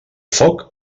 foc